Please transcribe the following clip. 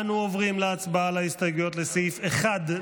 אנו עוברים להצבעה על ההסתייגויות לסעיף 01,